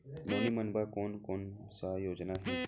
नोनी मन बर कोन कोन स योजना हे?